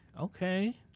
okay